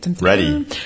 Ready